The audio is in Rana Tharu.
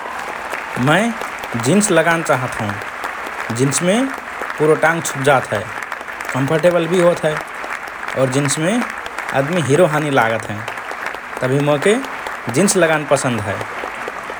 मए जीन्स लगान चाहत हओं । जीन्समे पुरो टांग छुपजात हएँ, कम्फर्टेबल भि होत हए, और जीन्समे आदमी हिरो हानी लगत हएँ । तभि मोके जिन्स लगान पसन्द हए ।